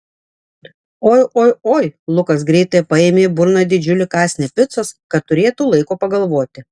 oi oi oi lukas greitai paėmė į burną didžiulį kąsnį picos kad turėtų laiko pagalvoti